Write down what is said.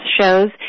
shows